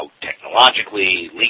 technologically